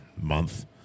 month